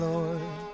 Lord